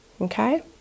okay